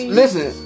listen